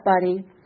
buddy